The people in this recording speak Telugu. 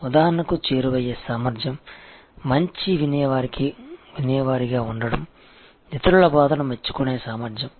ఉదాహరణకు చేరువయ్యే సామర్ధ్యం మంచి వినేవారిగా ఉండడం ఇతరుల బాధను మెచ్చుకునే సామర్థ్యం